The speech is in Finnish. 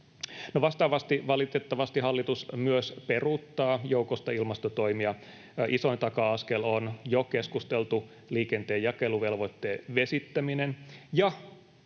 valitettavasti hallitus myös peruuttaa joukosta ilmastotoimia. Isoin taka-askel on jo keskusteltu liikenteen jakeluvelvoitteen vesittäminen.